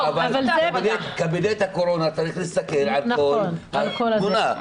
אבל קבינט הקורונה צריך להסתכל על כל התמונה,